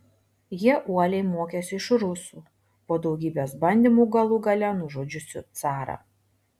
jie uoliai mokėsi iš rusų po daugybės bandymų galų gale nužudžiusių carą